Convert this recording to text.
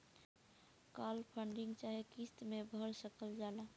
काल funding चाहे किस्त मे भर सकल जाला